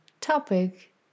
topic